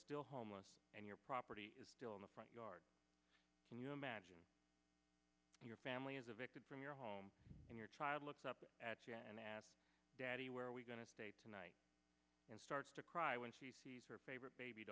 still homeless and your property is still in the front yard and you imagine your family is a victim from your home and your child looks up at you and ask daddy where are we going to stay tonight and starts to cry when she sees her favorite baby